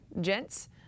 gents